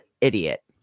idiot